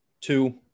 two